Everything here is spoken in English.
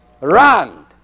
round